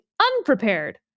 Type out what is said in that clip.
unprepared